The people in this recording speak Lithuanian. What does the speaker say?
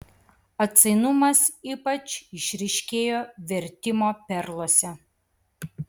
atsainumas ypač išryškėjo vertimo perluose